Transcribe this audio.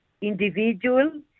individual